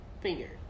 Finger